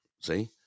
see